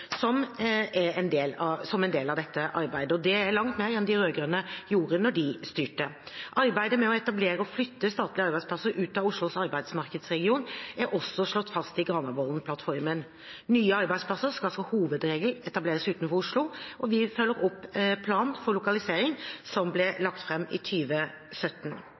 som en del av dette arbeidet. Det er langt mer enn de rød-grønne gjorde da de styrte. Arbeidet med å etablere og flytte statlige arbeidsplasser ut av Oslos arbeidsmarkedsregion er også slått fast i Granavolden-plattformen. Nye arbeidsplasser skal som hovedregel etableres utenfor Oslo, og vi følger opp plan for lokalisering som ble lagt fram i